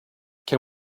can